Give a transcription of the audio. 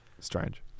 strange